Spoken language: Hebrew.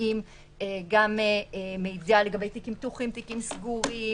שקובעים גם מידע לגבי תיקים פתוחים, תיקים סגורים